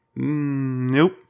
Nope